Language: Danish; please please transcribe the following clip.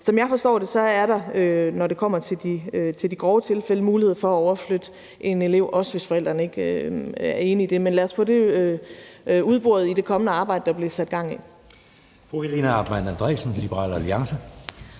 Som jeg forstår det, er der, når det kommer til de grove tilfælde, mulighed for at overflytte en elev, også hvis forældrene ikke er enige i det. Men lad os få det udboret i det arbejde, der bliver sat igang.